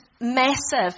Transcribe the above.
massive